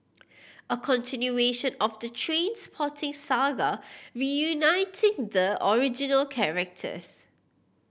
a continuation of the Trainspotting saga reuniting the original characters